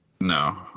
No